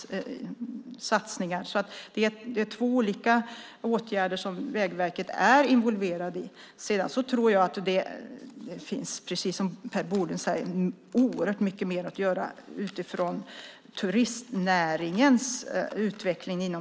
Det är två olika slags åtgärder som Vägverket är involverat i. Precis som Per Bolund säger finns det oerhört mycket mer att göra utifrån turistnäringens utveckling.